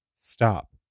stop